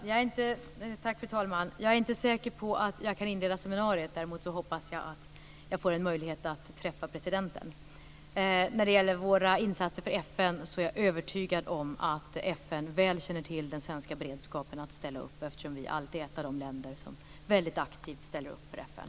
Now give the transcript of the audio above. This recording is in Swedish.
Fru talman! Jag är inte säker på att jag kan inleda seminariet. Däremot hoppas jag att jag får en möjlighet att träffa presidenten. När det gäller våra insatser för FN är jag övertygad om att FN väl känner till den svenska beredskapen att ställa upp, eftersom vi alltid är ett av de länder som väldigt aktivt ställer upp för FN.